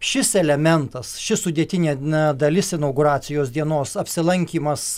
šis elementas ši sudėtinė na dalis inauguracijos dienos apsilankymas